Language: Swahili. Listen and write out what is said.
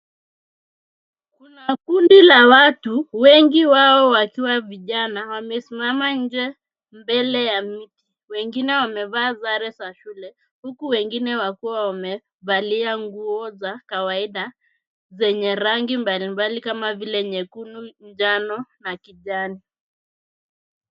Kuna kundi la watu wengi wao wakiwa vijana wamesimama nje mbele ya miti. Wengine wamevaa sare za shule huku wengine wakiwa wamevalia nguo za kawaida zenye rangi mbalimbali kama vile nyekundu, njano, na kijani.